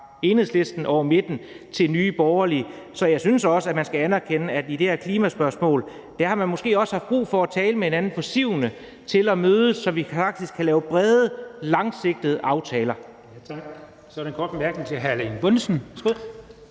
Enhedslisten over midten til Nye Borgerlige. Så jeg synes også, at man skal anerkende, at i det her klimaspørgsmål har man måske også haft brug for at tale med hinanden for at få sivene til at mødes, så vi faktisk kan lave brede, langsigtede aftaler.